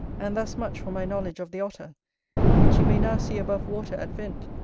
and thus much for my knowledge of the otter which you may now see above water at vent,